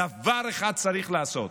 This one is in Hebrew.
דבר אחד צריך לעשות: